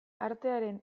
artearen